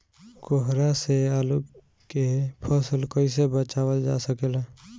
कोहरा से आलू के फसल कईसे बचावल जा सकेला?